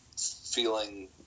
feeling